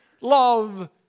love